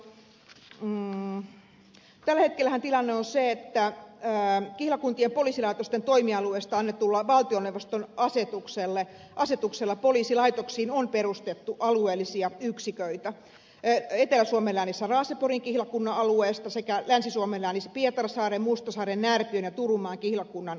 tällä hetkellähän tilanne on se että kihlakuntien poliisilaitosten toimialueista annetulla valtioneuvoston asetuksella poliisilaitoksiin on perustettu alueellisia yksiköitä etelä suomen läänissä raaseporin kihlakunnan alueesta sekä länsi suomen läänissä pietarsaaren mustasaaren närpiön ja turunmaan kihlakuntien alueista